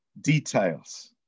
details